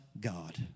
God